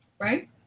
right